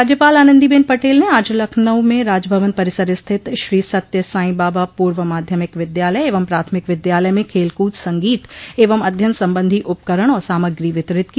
राज्यपाल आनंदीबेन पटेल ने आज लखनऊ में राजभवन परिसर स्थित श्री सत्य साईं बाबा पूर्व माध्यमिक विद्यालय एवं प्राथमिक विद्यालय में खेलकूद संगीत एवं अध्ययन सम्बन्धी उपकरण और सामग्री वितरित की